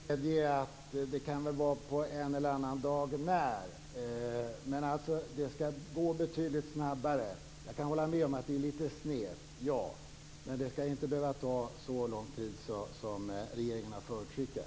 Fru talman! Jag medger att det kan röra sig om en eller annan dag när. Men det hela skall gå betydligt snabbare. Jag kan hålla med om att det är litet snävt, men det skall inte behöva ta så lång tid som regeringen har förutskickat.